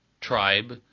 tribe